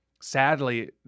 sadly